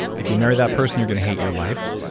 if you marry that person, you're going to hate your life.